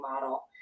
model